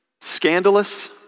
scandalous